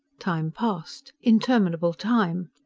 time passed interminable time.